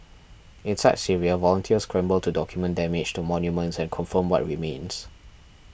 inside Syria volunteers scramble to document damage to monuments and confirm what remains